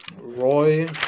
Roy